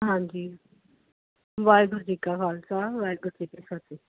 ਹਾਂਜੀ ਵਾਹਿਗੁਰੂ ਜੀ ਕਾ ਖਾਲਸਾ ਵਾਹਿਗੁਰੂ ਜੀ ਕੀ ਫਤਹਿ